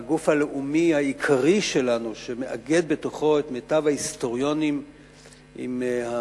הגוף הלאומי העיקרי שלנו שמאגד בתוכו את מיטב ההיסטוריונים בעלי